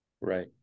Right